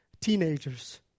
teenagers